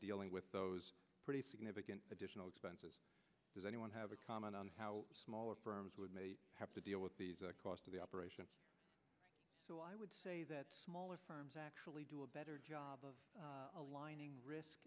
dealing with those pretty significant additional expenses does anyone have a comment on how smaller firms would have to deal with the cost of the operations so i would say that smaller firms actually do a better job of aligning risk